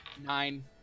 Nine